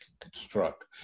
construct